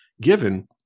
given